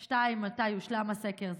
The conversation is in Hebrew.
2. מתי יושלם הסקר?